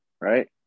Right